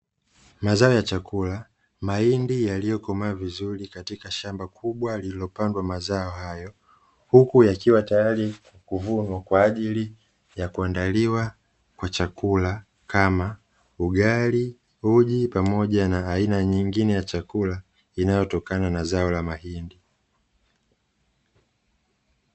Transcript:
Mazao ya chakula. Mahindi yaliyokomaa vizuri katika shamba kubwa lililopandwa mazao hayo, huku yakiwa tayari kuvunwa kwa ajili ya kuandaliwa kwa chakula kama: ugali, uji pamoja na aina nyingne ya chakula inayotokana na zao la mahindi.